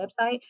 website